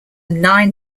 nine